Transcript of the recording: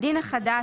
"הדין החדש"